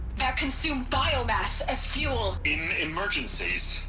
that consume biomass as fuel. in emergencies.